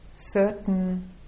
certain